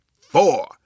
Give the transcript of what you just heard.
four